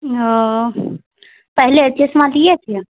اوہ پہلے چشمہ دیے تھے